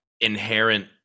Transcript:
inherent